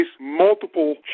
multiple